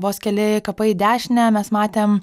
vos keli kapai į dešinę mes matėm